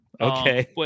Okay